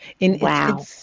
Wow